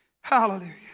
hallelujah